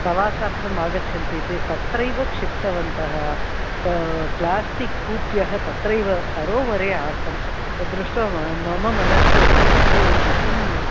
प्रवासार्थम् आगच्छन्ति इति तत्रैव क्षिप्तवन्तः प्लास्टिक् कूप्यः तत्रैव सरोवरे आसन् तत् दृष्ट्वा मम मनसि अपि बहु दुःखम्